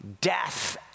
death